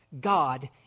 God